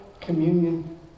communion